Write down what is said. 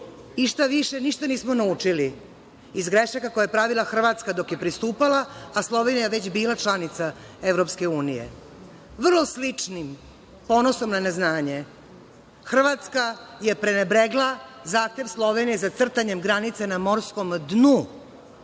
I šta više, ništa nismo naučili, iz grešaka koje je pravila Hrvatska dok je pristupala, a Slovenija već bila članica EU. Vrlo sličnim ponosom na neznanje. Hrvatska je prenebregla, zatim Slovenija za crtanjem granice na morskom dnu